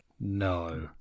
No